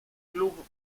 club